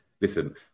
listen